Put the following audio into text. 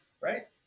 right